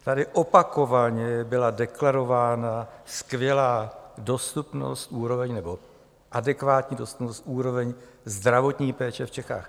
Tady opakovaně byla deklarována skvělá dostupnost, úroveň, nebo adekvátní dostupnost, úroveň zdravotní péče v Čechách.